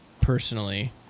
personally